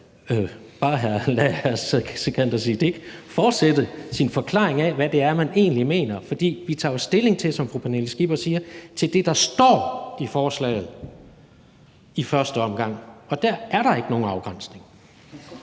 bare lade hr. Sikandar Siddique fortsætte sin forklaring af, hvad det er, man egentlig mener. For vi tager jo stilling, som fru Pernille Skipper siger, til det, der står i forslaget, i første omgang, og der er der ikke nogen afgrænsning.